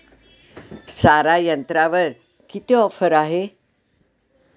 सारा यंत्रावर किती ऑफर आहे?